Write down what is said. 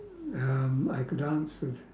um I could answer